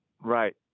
Right